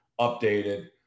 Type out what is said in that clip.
updated